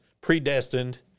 predestined